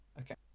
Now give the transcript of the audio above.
Okay